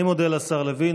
אני מודה לשר לוין.